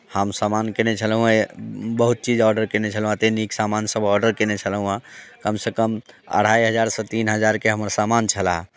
हम सामान कयने छेलहुँ हेँ बहुत चीज ऑर्डर कयने छेलहुँ हेँ एतेक नीक सामानसभ ऑर्डर कयने छलहुँ हेँ कमसँ कम अढ़ाइ हजारसँ तीन हजारके हमर सामान छलए